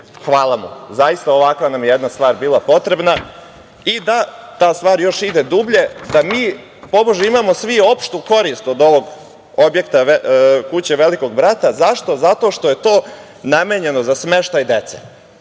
hvala mu. Zaista nam je jedna ovakva stvar bila potrebna, i da ta stvar ide još dublje, da mi tobože imamo svi opštu korist od ovog objekta, kuće Velikog brata, a zašto? Zato što je to namenjeno za smeštaj dece.